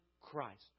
Christ